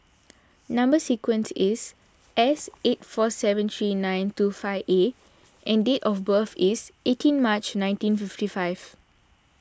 Number Sequence is S eight four seven three nine two five A and date of birth is eighteen March nineteen fifty five